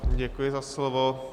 Děkuji za slovo.